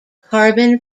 carbon